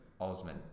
Osman